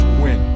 win